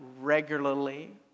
regularly